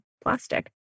plastic